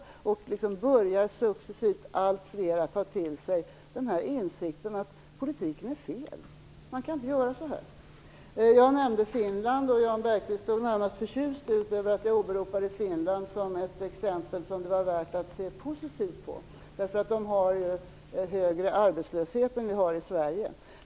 Successivt börjar allt fler att ta till sig insikten att politiken är felaktig, att man inte kan göra så här. Jag nämnde Finland, och Jan Bergqvist såg närmast förtjust ut över att jag åberopade Finland som ett exempel som det är värt att se positivt på, därför att de har ju högre arbetslöshet än vad vi har i Sverige.